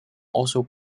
also